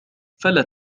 فلا